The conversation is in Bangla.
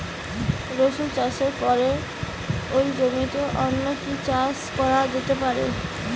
রসুন চাষের পরে ওই জমিতে অন্য কি চাষ করা যেতে পারে?